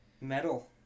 metal